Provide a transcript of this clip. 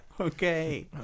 Okay